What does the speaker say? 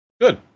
Good